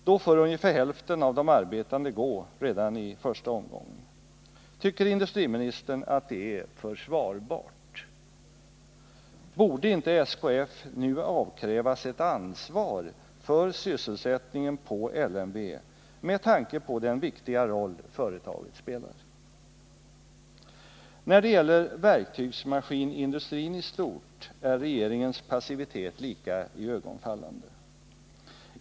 Då får ungefär hälften av de arbetande gå — redan i första omgången. Tycker industriministern att det är försvarbart? Borde inte SKF nu avkrävas ett ansvar för sysselsättningen på LMV med tanke på den viktiga roll företaget spelar? När det gäller verktygsmaskinindustrin i stort är regeringens passivitet lika iögonfallande.